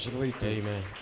Amen